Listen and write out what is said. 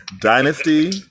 Dynasty